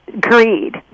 greed